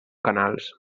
canals